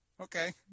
okay